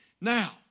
Now